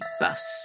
bus